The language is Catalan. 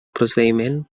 procediment